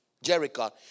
Jericho